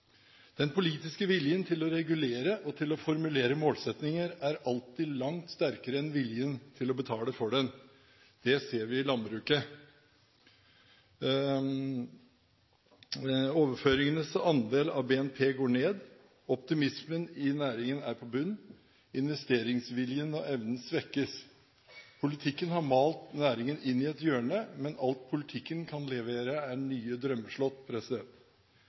Den politiske viljen til å regulere og til å formulere målsettinger er alltid langt sterkere enn viljen til å betale for den. Det ser vi i landbruket. Overføringenes andel av BNP går ned, optimismen i næringen er på bunnen, investeringsviljen og -evnen svekkes. Politikken har malt næringen inn i et hjørne, men alt politikken kan levere, er nye